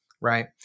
right